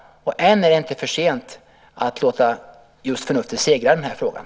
Än är det inte för sent att göra det i den här frågan.